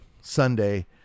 Sunday